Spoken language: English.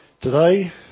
Today